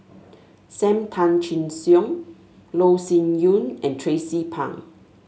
Sam Tan Chin Siong Loh Sin Yun and Tracie Pang